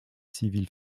civile